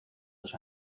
dos